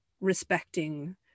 respecting